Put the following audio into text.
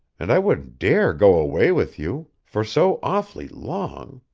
and i wouldn't dare go away with you. for so awfully long.